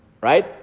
right